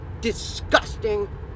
disgusting